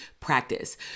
practice